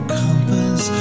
compass